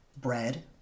bread